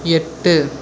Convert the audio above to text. எட்டு